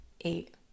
eight